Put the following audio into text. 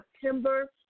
September